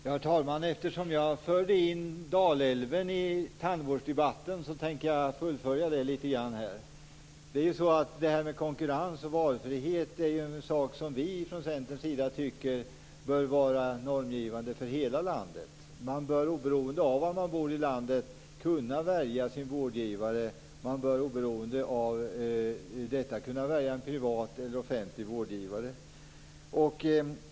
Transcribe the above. Herr talman! Eftersom jag förde in Dalälven i tandvårdsdebatten tänker jag fullfölja det resonemanget. Konkurrens och valfrihet är en sak som vi från Centerns sida tycker bör vara normgivande för hela landet. Man bör oberoende av var man bor i landet kunna välja sin vårdgivare. Man bör oberoende av detta kunna välja en privat eller en offentlig vårdgivare.